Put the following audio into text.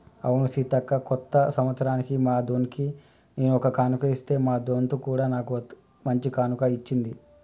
అవును సీతక్క కొత్త సంవత్సరానికి మా దొన్కి నేను ఒక కానుక ఇస్తే మా దొంత్ కూడా నాకు ఓ మంచి కానుక ఇచ్చింది